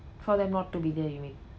told them not to be there you mean